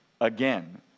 again